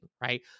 right